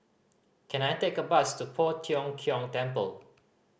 can I take a bus to Poh Tiong Kiong Temple